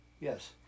Yes